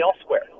elsewhere